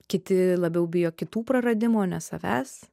kiti labiau bijo kitų praradimų o ne savęs